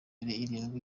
irindwi